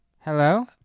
Hello